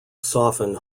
soften